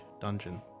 dungeon